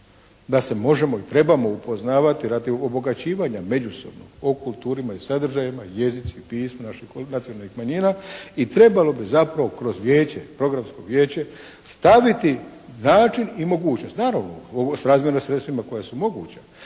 da se možemo i trebamo upoznavati radi obogaćivanja međusobnog o kulturama i sadržajima, jezicima i pismima naših nacionalnih manjina i trebalo bi zapravo kroz vijeće, Programsko vijeće staviti način i mogućnost, naravno ovo srazmjerno sredstvima koja su moguća.